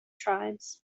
tribes